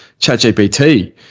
ChatGPT